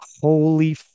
holy